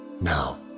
Now